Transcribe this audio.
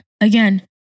again